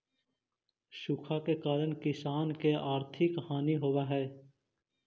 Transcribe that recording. सूखा के कारण किसान के आर्थिक हानि होवऽ हइ